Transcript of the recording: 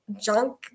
junk